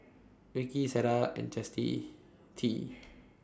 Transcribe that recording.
Vicky Sierra and Chasity T